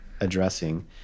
addressing